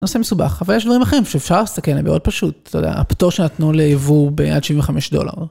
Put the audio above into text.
נושא מסובך, אבל יש דברים אחרים שאפשר לסכן, זה מאוד פשוט, אתה יודע, הפטור שנתנו ליבוא בעד 75 דולר.